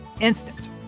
instant